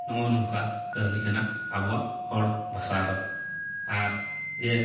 ᱱᱚᱜᱼᱚ ᱱᱚᱝᱠᱟ ᱠᱟᱹᱦᱱᱤ ᱠᱟᱱᱟ ᱟᱵᱚᱣᱟᱜ ᱦᱚᱲ ᱵᱷᱟᱥᱟ ᱫᱚ ᱟᱨ ᱡᱮ